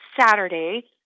Saturday